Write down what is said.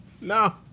No